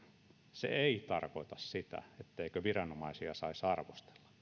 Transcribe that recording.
se ei tarkoita sitä etteikö viranomaisia saisi arvostella